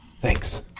Thanks